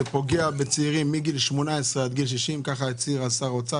זה פוגע באנשים מגיל 18 עד גיל 60 - כך הצהיר אז שר האוצר.